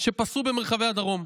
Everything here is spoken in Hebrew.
שפשו במרחבי הדרום.